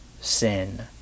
sin